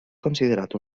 considerat